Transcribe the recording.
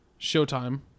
Showtime